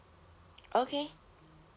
okay